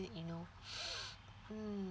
you know mm